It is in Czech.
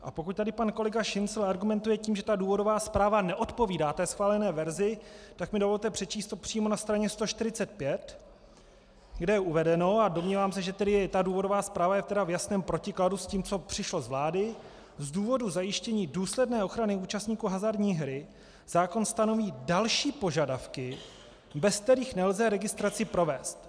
A pokud tady pan kolega Šincl argumentuje tím, že ta důvodová zpráva neodpovídá schválené verzi, tak mi dovolte přečíst to přímo na straně 145, kde je uvedeno, a domnívám se, že důvodová zpráva je v jasném protikladu s tím, co přišlo z vlády: Z důvodů zajištění důsledné ochrany účastníků hazardní hry zákon stanoví další požadavky, bez kterých nelze registraci provést.